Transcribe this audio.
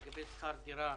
לגבי שכר מעונות,